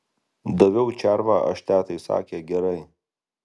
daviau červą aš tai tetai sakė gerai